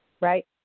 right